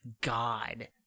God